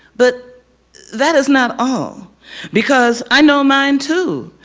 but that is not all because i know mine too.